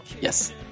yes